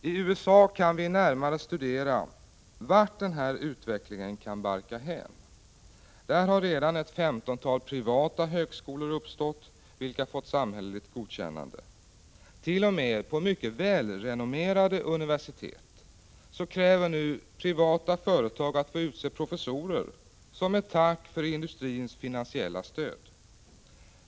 I USA kan vi närmare studera vart den här utvecklingen kan barka hän. Där har redan ett femtontal privata högskolor uppstått vilka fått samhälleligt godkännande. T. o. m. på mycket välrenommerade universitet kräver nu privata företag att få utse professorer som ett tack för industrins finansiella stöd.